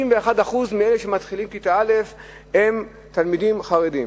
61% מאלה שמתחילים כיתה א' הם תלמידים חרדים.